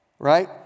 Right